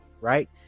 right